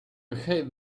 hate